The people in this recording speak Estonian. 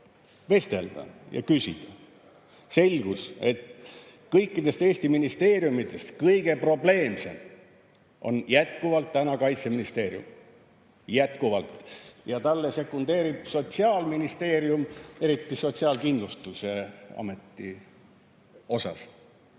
selle kohta küsida. Selgus, et kõikidest Eesti ministeeriumidest kõige probleemsem on jätkuvalt Kaitseministeerium. Jätkuvalt! Ja talle sekundeerib Sotsiaalministeerium, eriti Sotsiaalkindlustusamet.